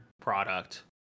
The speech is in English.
product